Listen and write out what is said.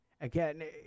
again